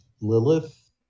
Lilith